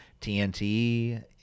TNT